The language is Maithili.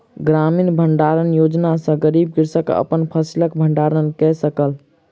ग्रामीण भण्डारण योजना सॅ गरीब कृषक अपन फसिलक भण्डारण कय सकल